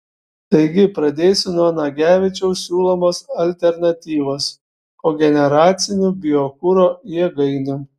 taigi pradėsiu nuo nagevičiaus siūlomos alternatyvos kogeneracinių biokuro jėgainių